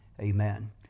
amen